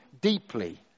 deeply